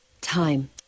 Time